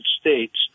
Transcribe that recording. States